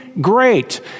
great